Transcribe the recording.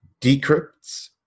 decrypts